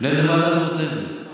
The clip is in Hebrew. באיזו ועדה אתה רוצה את זה?